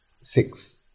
six